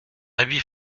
avis